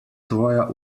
tvoja